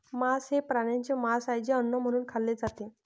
मांस हे प्राण्यांचे मांस आहे जे अन्न म्हणून खाल्ले जाते